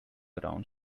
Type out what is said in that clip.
around